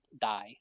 die